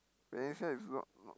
Valencia is not not